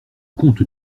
comte